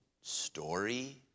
story